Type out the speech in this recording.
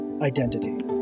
identity